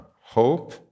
hope